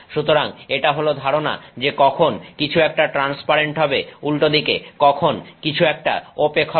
সুতরাং এটা হল ধারণা যে কখন কিছু একটা ট্রান্সপারেন্ট হবে উল্টোদিকে কখন কিছু একটা ওপেক হবে